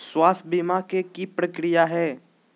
स्वास्थ बीमा के की प्रक्रिया है?